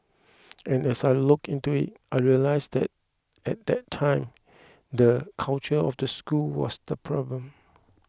and as I looked into it I realised that at that time the culture of the school was the problem